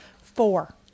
Four